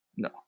No